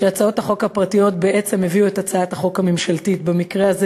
שהצעות החוק הפרטיות בעצם הביאו את הצעת החוק הממשלתית במקרה הזה.